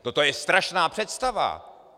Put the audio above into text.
To je strašná představa.